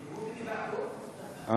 בבקשה.) (אומר בערבית: מהתחלה ומחדש.